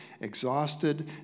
exhausted